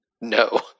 No